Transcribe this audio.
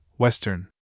Western